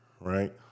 right